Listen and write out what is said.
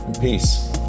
Peace